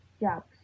jobs